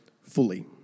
fully